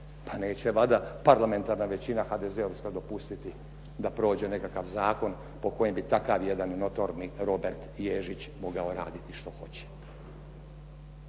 Pa neće valjda parlamentarna većina HDZ-ovska dopustiti da prođe nekakav zakon po kojem bi takav jedan notorni Robert Ježić mogao raditi što hoće.